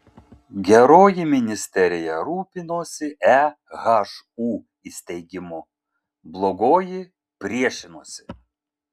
geroji ministerija rūpinosi ehu įsteigimu blogoji priešinosi